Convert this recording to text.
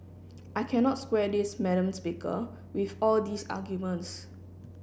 I cannot square this madam speaker with all these arguments